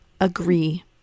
agree